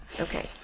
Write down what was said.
Okay